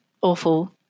awful